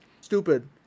stupid